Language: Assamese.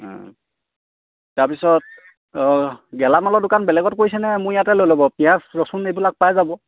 তাৰ পিছত গেলামালৰ দোকান বেলেগত কৰিছেনে মোৰ ইয়াতে লৈ ল'ব পিঁয়াজ ৰচুন এইবিলাক পাই যাব